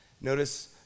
Notice